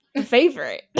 Favorite